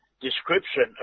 description